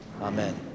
Amen